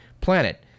planet